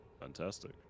Fantastic